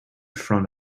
front